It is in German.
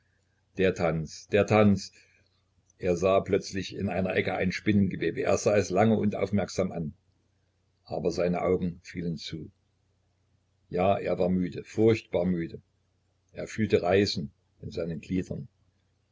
der tanz der tanz er sah plötzlich in einer ecke ein spinngewebe er sah es lange und aufmerksam an aber seine augen fielen zu ja er war müde furchtbar müde er fühlte reißen in seinen gliedern